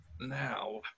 now